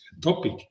topic